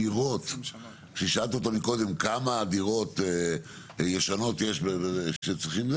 כששאלת אותו מקודם כמה דירות ישנות יש שצריכים,